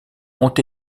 ont